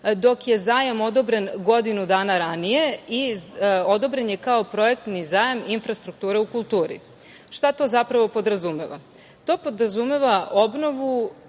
dok je zajam odobrene godinu dana ranije i odobren je kao projektni zajam infrastrukture u kulturi. Šta to podrazumeva? To podrazumeva obnovu